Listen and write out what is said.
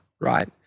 right